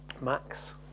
max